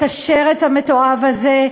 את השרץ המתועב הזה,